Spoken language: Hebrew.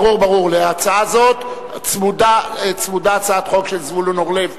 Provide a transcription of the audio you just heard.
להצעה הזאת צמודה הצעת חוק של זבולון אורלב,